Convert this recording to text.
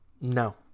No